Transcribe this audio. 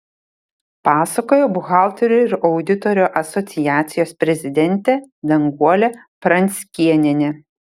pasakojo buhalterių ir auditorių asociacijos prezidentė danguolė pranckėnienė